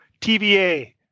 TVA